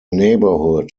neighborhood